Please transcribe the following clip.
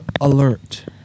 alert